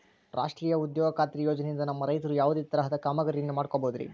ರಾಷ್ಟ್ರೇಯ ಉದ್ಯೋಗ ಖಾತ್ರಿ ಯೋಜನೆಯಿಂದ ನಮ್ಮ ರೈತರು ಯಾವುದೇ ತರಹದ ಕಾಮಗಾರಿಯನ್ನು ಮಾಡ್ಕೋಬಹುದ್ರಿ?